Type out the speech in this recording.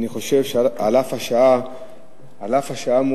על אף השעה המאוחרת,